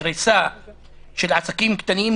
קריסה של עסקים קטנים,